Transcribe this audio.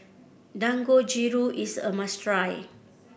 dangojiru is a must try